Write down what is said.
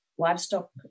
Livestock